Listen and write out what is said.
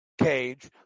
cage